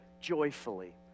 joyfully